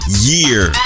year